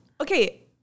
Okay